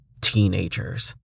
Teenagers